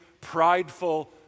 prideful